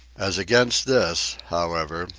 as against this, however,